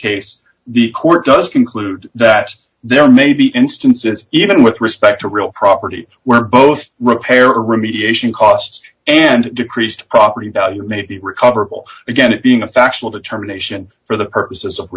case the court does conclude that there may be instances even with respect to real property where both repair remediation costs and decreased property value may be recoverable again it being a factual determination for the purposes of